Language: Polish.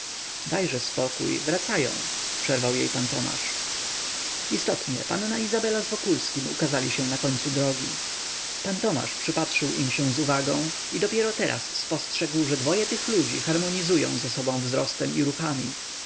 dajże spokój wracają przerwał jej pan tomasz istotnie panna izabela z wokulskim ukazali się na końcu drogi pan tomasz przypatrzył im się z uwagą i dopiero teraz spostrzegł że dwoje tych ludzi harmonizują ze sobą wzrostem i ruchami